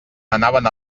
anaven